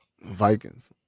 Vikings